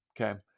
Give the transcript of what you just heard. Okay